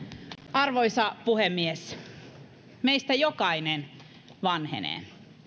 arvoisa puhemies meistä jokainen vanhenee